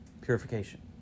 Purification